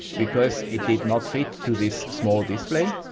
because it did not fit to this small display?